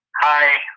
Hi